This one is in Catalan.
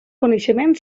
coneixement